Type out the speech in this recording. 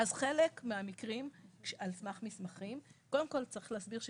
קודם כל צריך להסביר,